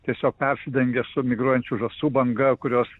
tiesiog persidengia su migruojančių žąsų banga kurios